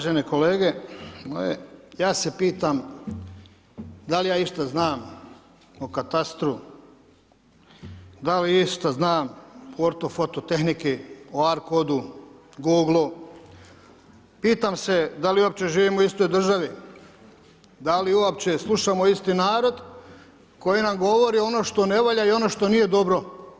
Uvažene kolege moje, ja se pitam da li ja išta znam o katastru, da li išta znam o ortofoto tehnici, o ARKODU, Google, pitam se da li uopće živim u istoj državi, da li uopće slušamo isti narod koji nam govori ono što ne valja i ono što nije dobro.